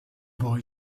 boy